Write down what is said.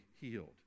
healed